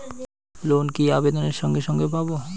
Loan কি আবেদনের সঙ্গে সঙ্গে পাব?